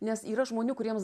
nes yra žmonių kuriems